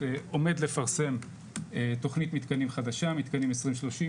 עומד לפרסם תכנית מתקנים חדשה- מתקנים 2030,